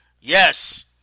Yes